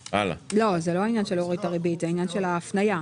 זה לא עניין של הורדת הריבית אלא עניין של ההפניה.